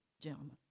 gentlemen